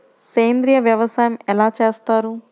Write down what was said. సేంద్రీయ వ్యవసాయం ఎలా చేస్తారు?